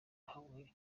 hamwe